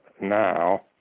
now